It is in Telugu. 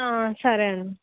సరే అండి